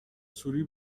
سوری